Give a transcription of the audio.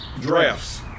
Drafts